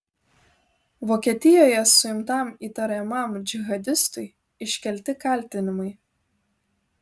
vokietijoje suimtam įtariamam džihadistui iškelti kaltinimai